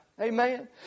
Amen